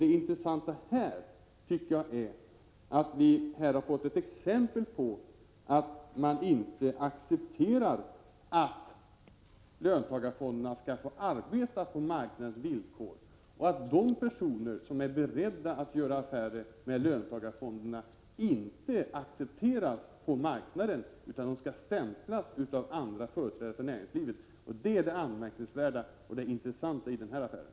Det intressanta här är enligt min uppfattning att vi har fått ett exempel på att man inte accepterar att löntagarfonderna arbetar på marknadens villkor och att de personer som är beredda att göra affärer med löntagarfonderna inte accepteras på marknaden utan stämplas av andra företrädare för näringslivet. Detta är det anmärkningsvärda i den här affären.